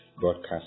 broadcast